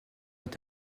est